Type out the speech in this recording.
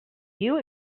you